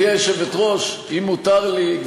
אם מותר לי,